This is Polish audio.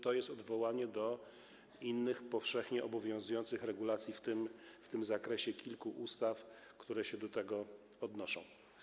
To jest odwołanie do innych powszechnie obowiązujących regulacji w tym zakresie, kilku ustaw, które się do tego odnoszą.